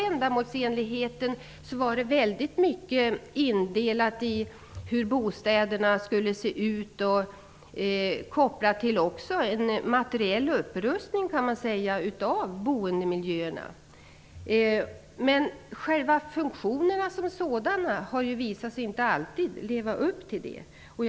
Ändamålsenligheten var tidigare indelad i hur bostäderna skulle se ut kopplat till en materiell upprustning av boendemiljöerna. Men funktionerna som sådana har inte alltid visat sig leva upp till kraven.